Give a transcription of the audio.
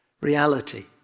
reality